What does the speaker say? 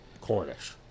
Cornish